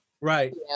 Right